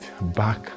back